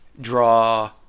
draw